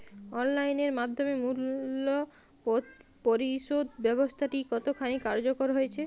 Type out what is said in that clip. Online এর মাধ্যমে মূল্য পরিশোধ ব্যাবস্থাটি কতখানি কার্যকর হয়েচে?